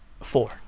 Four